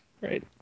Right